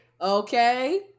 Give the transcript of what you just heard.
okay